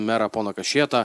merą poną kašėtą